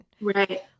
Right